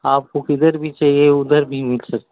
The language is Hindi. आपको किधर भी चाहिए हो उधर भी मिल सकता है